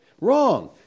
Wrong